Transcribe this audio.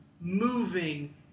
moving